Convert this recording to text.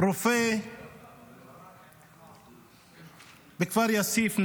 רופא נרצח בכפר יאסיף.